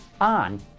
on